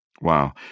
Wow